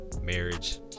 marriage